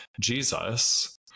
Jesus